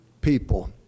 people